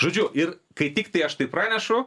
žodžiu ir kai tiktai aš tai pranešu